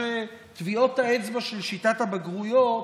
בחסות טביעות האצבע של שיטת הבגרויות,